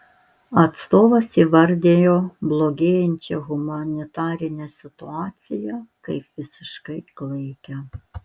atstovas įvardijo blogėjančią humanitarinę situaciją kaip visiškai klaikią